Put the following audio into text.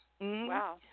wow